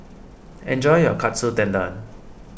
enjoy your Katsu Tendon